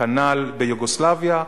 כנ"ל ביוגוסלביה,